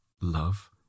love